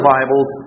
Bibles